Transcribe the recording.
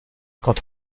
quant